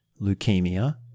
leukemia